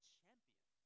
champion